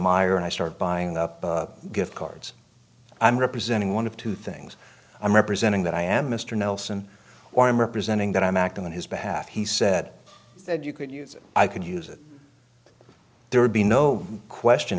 myer and i start buying up gift cards i'm representing one of two things i'm representing that i am mr nelson or i'm representing that i'm acting on his behalf he said that you could use it i could use it there would be no question